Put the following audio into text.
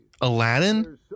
Aladdin